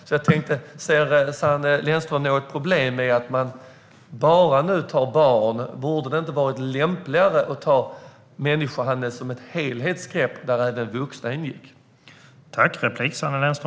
Ser Sanne Lennström ett problem med att man nu bara tar upp barn? Hade det inte varit lämpligare att ta ett helhetsgrepp på människohandel och låta även vuxna ingå?